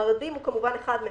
מרדים הוא כמובן אחד מהם,